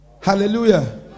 Hallelujah